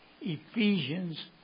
Ephesians